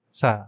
sa